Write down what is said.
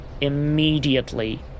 immediately